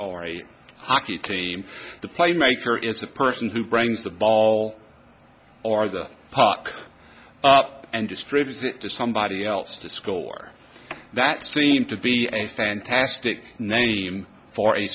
our right hockey team the playmaker is the person who brings the ball or the puck up and distributes it to somebody else to score that seemed to be a fantastic name for a